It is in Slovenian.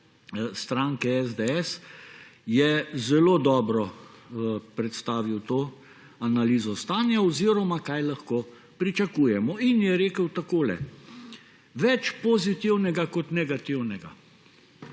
stranke SDS je zelo dobro predstavil to analizo stanja oziroma kaj lahko pričakujemo. In je rekel takole: več pozitivnega kot negativnega.